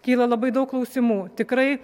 kyla labai daug klausimų tikrai